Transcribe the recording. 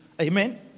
amen